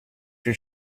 you